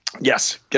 Yes